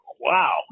wow